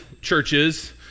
churches